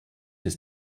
his